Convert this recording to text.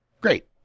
Great